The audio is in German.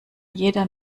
jeder